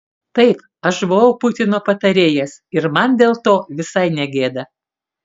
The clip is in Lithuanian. taip aš buvau putino patarėjas ir man dėl to visai ne gėda